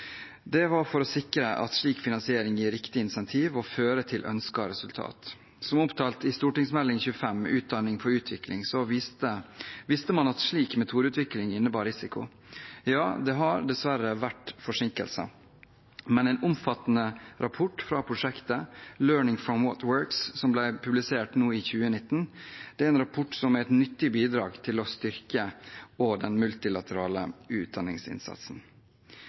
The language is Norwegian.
gir riktig insentiv og fører til ønsket resultat. Som omtalt i Meld. St. 25 for 2013–2014, Utdanning for utvikling, visste man at slik metodeutvikling innebar risiko. Ja, det har dessverre vært forsinkelser, men en omfattende rapport fra prosjektet Learning from What Works, som ble publisert nå i 2019, er et nyttig bidrag til å styrke også den multilaterale utdanningsinnsatsen.